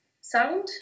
sound